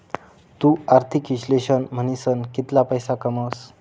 तु आर्थिक इश्लेषक म्हनीसन कितला पैसा कमावस